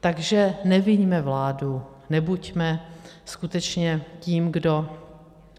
Takže neviňme vládu, nebuďme skutečně tím, kdo